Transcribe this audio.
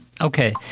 Okay